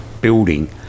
building